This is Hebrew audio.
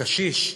הקשיש התמוטט,